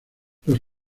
los